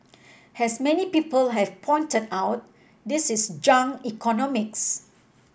as many people have pointed out this is junk economics